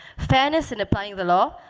fairness in applying the law,